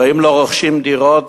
האם לא רוכשים דירות?